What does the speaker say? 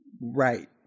right